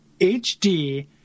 HD